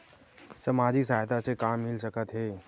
सामाजिक सहायता से का मिल सकत हे?